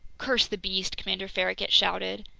curse the beast! commander farragut shouted.